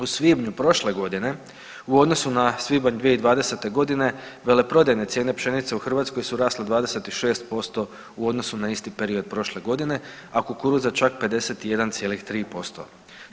U svibnju prošle godine u odnosu na svibanj 2020.g. veleprodajne cijene pšenice u Hrvatskoj su rasle 26% u odnosu na isti period prošle godine, a kukuruza čak 51,3%